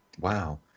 Wow